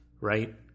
right